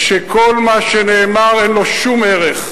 שכל מה שנאמר, אין לו שום ערך.